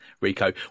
Rico